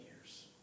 years